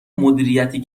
مدیریتی